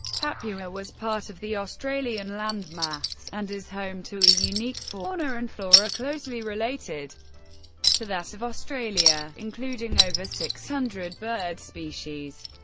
papua was part of the australian landmass, and is home to a unique fauna and flora closely related to that of australia, including over six hundred bird species.